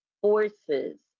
forces